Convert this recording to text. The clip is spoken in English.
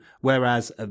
whereas